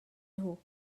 nhw